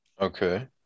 Okay